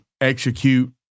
Execute